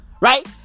Right